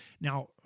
Now